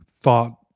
thought